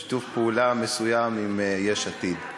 בשיתוף פעולה מסוים עם יש עתיד.